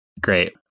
great